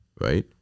right